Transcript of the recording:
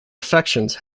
affections